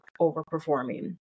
overperforming